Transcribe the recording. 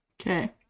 Okay